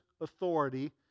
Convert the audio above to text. authority